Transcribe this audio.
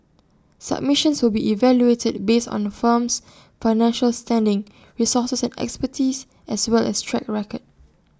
submissions will be evaluated based on A firm's financial standing resources and expertise as well as track record